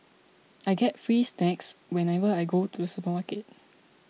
I get free snacks whenever I go to the supermarket